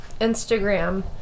Instagram